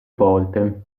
volte